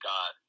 God